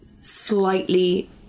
slightly